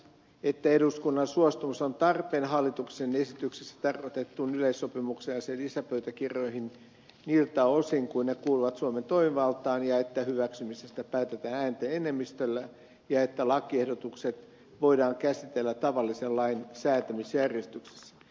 että eduskunnan suostumus on tarpeen hallituksen esityksessä tarkoitettuun yleissopimukseen ja sen lisäpöytäkirjoihin niiltä osin kuin ne kuuluvat suomen toimivaltaan että hyväksymisestä päätetään äänten enemmistöllä ja että lakiehdotukset voidaan käsitellä tavallisen lain säätämisjärjestyksessä